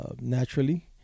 Naturally